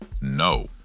no